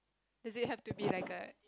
does it have to be like a